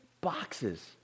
boxes